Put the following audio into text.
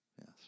Yes